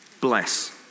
Bless